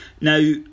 Now